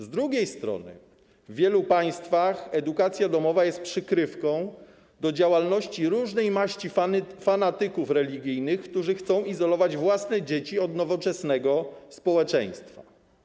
Z drugiej strony w wielu państwach edukacja domowa jest przykrywką dla działalności różnej maści fanatyków religijnych, którzy chcą izolować własne dzieci od nowoczesnego społeczeństwa.